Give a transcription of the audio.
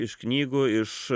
iš knygų iš